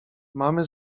mamy